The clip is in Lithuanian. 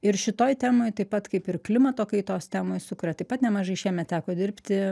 ir šitoj temoj taip pat kaip ir klimato kaitos temoj su kuria taip pat nemažai šiemet teko dirbti